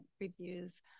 reviews